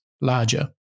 larger